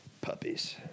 puppies